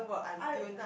I